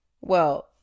Well-